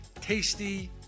tasty